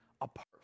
apart